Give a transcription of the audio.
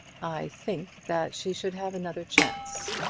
i think that she should have another chance,